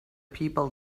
people